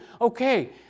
Okay